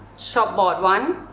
shop-bought one.